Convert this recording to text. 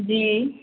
جی